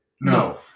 No